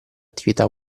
attività